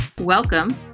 Welcome